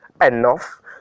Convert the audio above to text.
enough